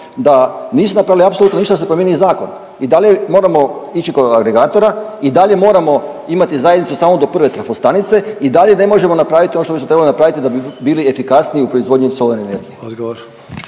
da nisu napravili apsolutno ništa da se promijeni zakon i dalje moramo ići kod agregatora i dalje moramo imati zajednicu samo do prve trafo stanice i dalje ne možemo napravit ono što bismo trebali napravit da bismo bili efikasniji u proizvodnji slolarne energije.